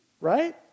right